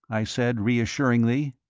i said, reassuringly.